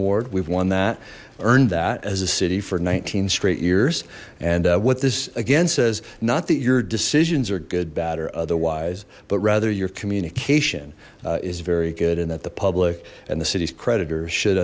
award we've won that earned that as a city for nineteen straight years and what this again says not that your decisions are good bad or otherwise but rather your communication is very good and that the public and the city's creditors should